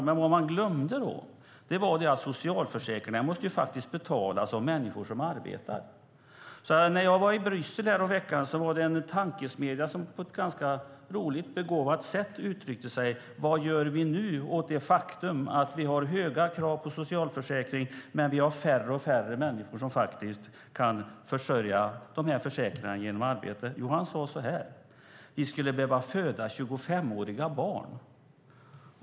Men vad man glömde var att socialförsäkringen faktiskt måste betalas av människor som arbetar. När jag var i Bryssel häromveckan var det en tankesmedja som uttryckte sig på ett ganska roligt och begåvat sätt. Vad gör vi åt det faktum att vi har höga krav på socialförsäkringar men vi har färre och färre människor som faktiskt kan försörja de här försäkringarna genom arbete? Jo, då sade man så här: Vi skulle behöva föda 25-åriga barn.